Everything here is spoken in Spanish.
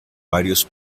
varios